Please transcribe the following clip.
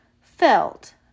felt